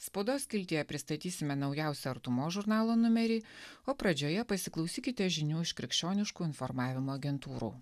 spaudos skiltyje pristatysime naujausią artumos žurnalo numerį o pradžioje pasiklausykite žinių iš krikščioniškų informavimo agentūrų